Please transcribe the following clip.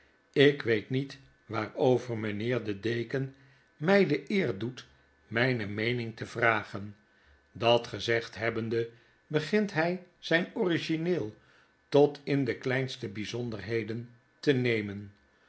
ik weet niet waarover mijnheer de deken mij de eer doet mijne meening te vragen dat gezegd hebbende begint hij zijn origineel tot in de kleinste bijzonderheden te nemen